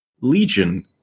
Legion